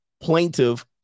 plaintiff